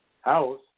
house